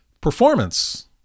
Performance